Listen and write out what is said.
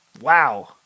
Wow